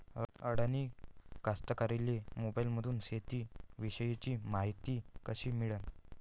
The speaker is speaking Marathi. अडानी कास्तकाराइले मोबाईलमंदून शेती इषयीची मायती कशी मिळन?